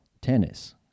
tennis